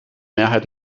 mehrheit